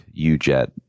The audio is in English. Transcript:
UJet